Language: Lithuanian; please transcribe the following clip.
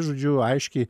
žodžiu aiškiai